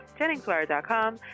JenningsWire.com